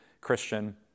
Christian